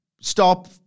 Stop